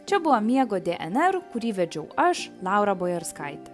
čia buvo miego dnr kurį vedžiau aš laura bojarskaitė